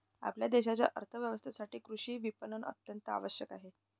आपल्या देशाच्या अर्थ व्यवस्थेसाठी कृषी विपणन अत्यंत आवश्यक आहे